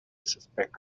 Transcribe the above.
suspect